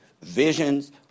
Visions